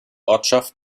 ortschaft